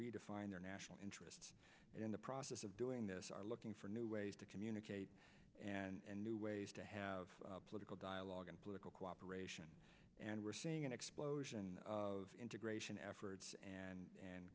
redefine their national interests in the process of doing this are looking for new ways to communicate and new ways to have political dialogue and political cooperation and we're seeing an explosion of integration efforts and